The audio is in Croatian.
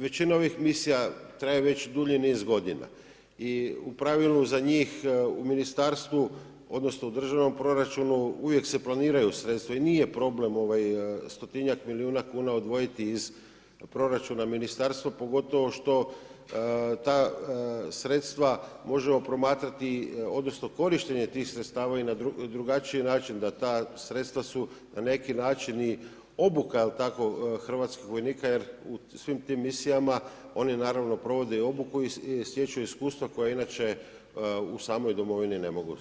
Većina ovih misija traje već dulji niz godina i u pravilu za njih u ministarstvu, odnosno u državnom proračunu uvijek se planiraju sredstva i nije problem stotinjak milijuna kuna odvojiti iz proračuna Ministarstva pogotovo što ta sredstva možemo promatrati, odnosno korištenje tih sredstava i na drugačiji način da ta sredstva su na neki način i obuka je li tako hrvatskih vojnika jer u svim tim misijama oni naravno provode i obuku i stječu iskustva koja inače u samoj Domovini ne mogu